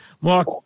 Mark